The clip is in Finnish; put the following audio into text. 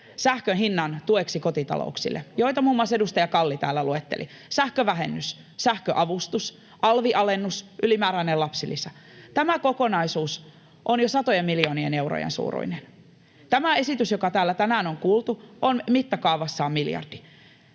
sähkön hinnan tueksi kotitalouksille, joita muun muassa edustaja Kalli täällä luetteli — sähkövähennys, sähköavustus, alvialennus, ylimääräinen lapsilisä, tämä kokonaisuus — ovat jo satojen miljoonien eurojen suuruisia. Tämä esitys, joka täällä tänään on kuultu, on mittakaavassaan miljardi.